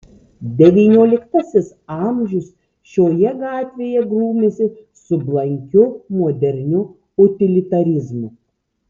devynioliktasis amžius šioje gatvėje grūmėsi su blankiu moderniu utilitarizmu